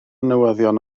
newyddion